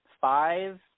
five